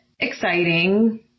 exciting